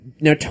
now